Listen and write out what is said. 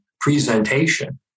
presentation